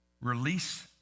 Release